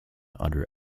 under